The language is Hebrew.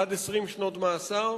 עד 20 שנות מאסר,